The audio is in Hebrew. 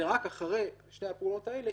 ורק אחרי שתי הפעולות האלה,